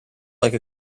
like